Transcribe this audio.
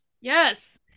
Yes